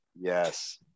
Yes